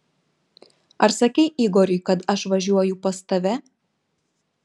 ar sakei igoriui kad aš važiuoju pas tave